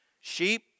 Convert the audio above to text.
Sheep